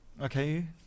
Okay